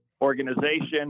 organization